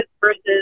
versus